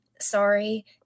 Sorry